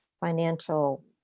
financial